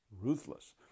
ruthless